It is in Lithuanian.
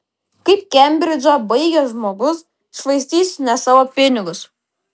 kaip kembridžą baigęs žmogus švaistys ne savo pinigus